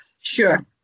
sure